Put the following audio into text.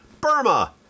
Burma